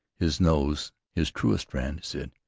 his nose, his trustiest friend, said,